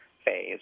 phase